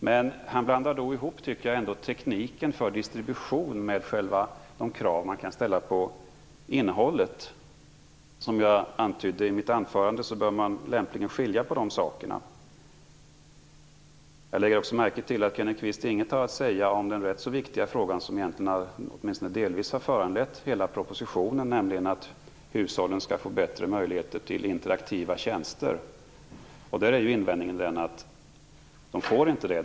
Men då tycker jag att han blandar ihop tekniken för distribution med de krav man kan ställa på själva innehållet. Som jag antydde i mitt anförande, bör man lämpligen skilja på de sakerna. Jag lägger också märke till att Kenneth Kvist inte har något att säga om den rätt viktiga fråga som egentligen, åtminstone delvis, har föranlett hela denna proposition, nämligen att hushållen skall få bättre möjligheter till interaktiva tjänster. Där är invändningen att de inte får det.